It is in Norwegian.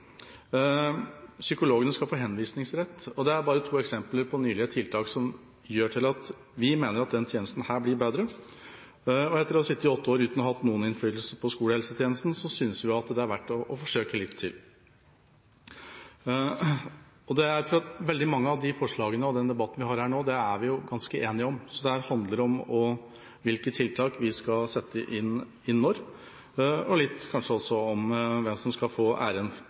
psykologene skal få henvisningsrett. Dette er bare to eksempler på nylige tiltak som gjør at vi mener at denne tjenesten blir bedre. Etter å ha sittet åtte år uten å ha hatt noen innflytelse på skolehelsetjenesten synes vi det er verdt å forsøke litt til. Veldig mange av de forslagene som er oppe i debatten vi har her nå, er vi ganske enige om. Så det handler om hvilke tiltak vi skal sette inn når, og kanskje også litt om hvem som skal få æren